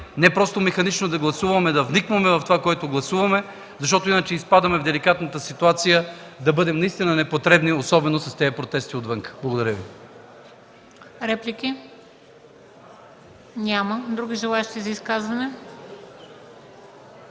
не просто механично да гласуваме, а да вникваме в това, което гласуваме, защото иначе изпадаме в деликатната ситуация да бъдем наистина непотребни, особено с тези протести отвънка. Благодаря Ви.